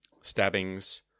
stabbings